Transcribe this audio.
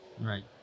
Right